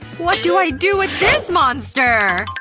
what do i do with this monster?